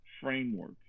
framework